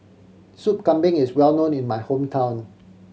Sup Kambing is well known in my hometown